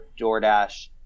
DoorDash